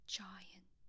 giant